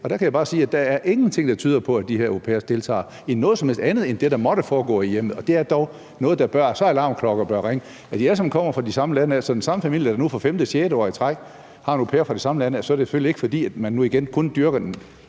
Der kan jeg bare sige, at der er ingenting, der tyder på, at de her au pairer deltager i noget som helst andet end det, der måtte foregå i hjemmet, og det er dog noget, der gør, at alarmklokkerne bør ringe. Når de alle sammen kommer fra det samme land og det er den samme familie, der nu for femte eller sjette år i træk har en au pair fra samme land, så er det selvfølgelig ikke, fordi man kun dyrker den